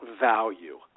value